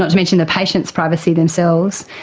not to mention the patients' privacy themselves.